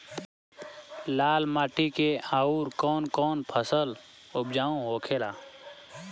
लाल माटी मे आउर कौन कौन फसल उपजाऊ होखे ला?